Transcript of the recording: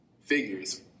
figures